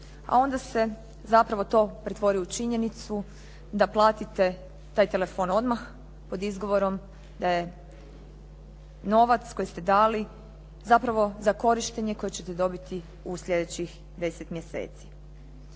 a onda se to zapravo to pretvori u činjenicu da platite taj telefon odmah pod izgovorom, novac koji ste dali, zapravo za korištenje koje ćete dobiti u sljedećih 10 mjeseci.